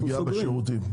ופגיעה במתן השירותים.